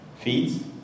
Feeds